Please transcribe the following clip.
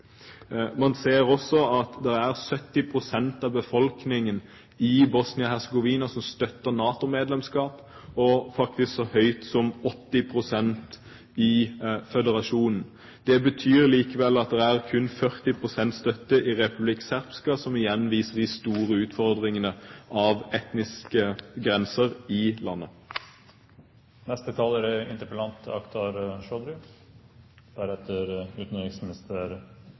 Man ser også at det er 70 pst. av befolkningen i Bosnia-Hercegovina som støtter NATO-medlemskap, og tallet er faktisk så høyt som 80 pst. i føderasjonen. Det betyr likevel at det er kun 40 pst. støtte i Republika Srpska, som igjen viser de store utfordringene med hensyn til etniske grenser i landet.